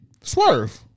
Swerve